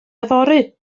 yfory